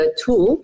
tool